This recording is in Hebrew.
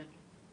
כן.